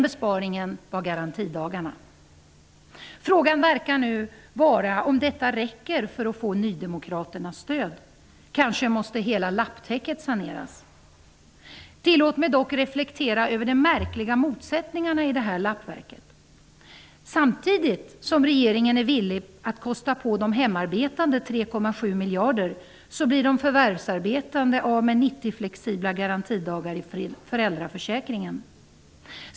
Besparingen var garantidagarna. Frågan verkar nu vara om detta räcker för att få nydemokraternas stöd. Kanske måste hela lapptäcket saneras? Tillåt mig dock reflektera över de märkliga motsättningarna i det här lappverket. Samtidigt som regeringen är villig att kosta på de hemarbetande 3,7 miljarder blir de förvärvsarbetande av med 90 flexibla garantidagar i föräldraförsäkringen.